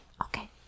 okay